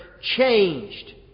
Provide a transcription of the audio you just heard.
changed